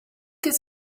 his